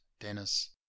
Dennis